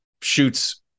shoots